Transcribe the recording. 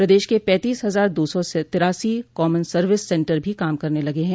प्रदेश के पैंतीस हजार दो सौ तिरासी कॉमन सर्विस सेन्टर भी काम करने लगे हैं